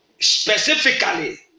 specifically